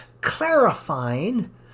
Clarifying